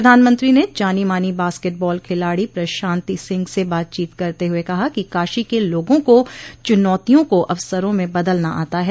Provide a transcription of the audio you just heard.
प्रधानमंत्री ने जानी मानी बास्केट बाल खिलाड़ी प्रशांति सिंह से बातचीत करते हुए कहा कि काशी के लोगों को चुनौतियों को अवसरों में बदलना आता है